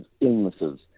illnesses